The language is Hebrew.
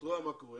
את רואה מה קורה,